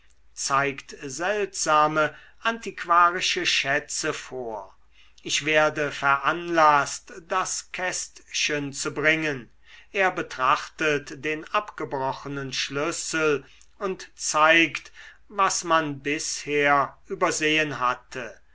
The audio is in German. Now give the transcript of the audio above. zeigt seltsame antiquarische schätze vor ich werde veranlaßt das kästchen zu bringen er betrachtet den abgebrochenen schlüssel und zeigt was man bisher übersehen hatte